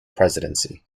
presidency